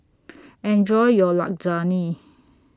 Enjoy your Lasagne